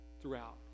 throughout